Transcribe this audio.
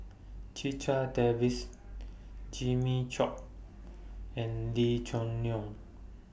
Checha Davies Jimmy Chok and Lee Choo Neo